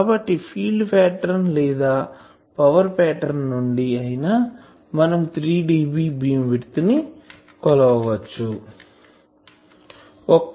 కాబట్టి field pattern లేదా power pattern నుండి అయినా మనం 3dB బీమ్ విడ్త్ ని మనం కొలవచ్చు